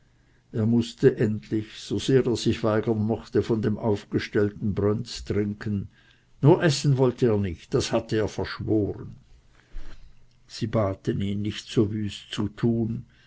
er mußte endlich so sehr er sich weigern mochte von dem aufgestellten brönz trinken nur essen wollte er nicht das hatte er verschworen sie baten ihn nicht so wüst zu tun